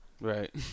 Right